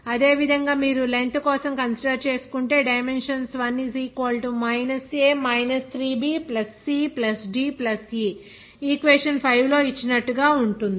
అదేవిధంగా మీరు L length కోసం కన్సిడర్ చేసుకుంటే dimensions 1 -a 3b c d e equation 5 లో ఇచ్చినట్టు ఉంటుంది